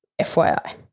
FYI